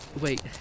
wait